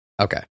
Okay